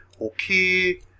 Okay